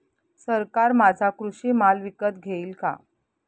सरकार माझा कृषी माल विकत घेईल का?